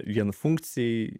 vien funkcijai